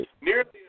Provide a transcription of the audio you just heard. nearly